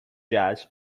jazz